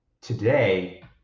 today